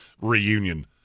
reunion